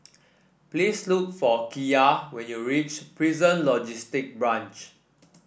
please look for Kiya when you reach Prison Logistic Branch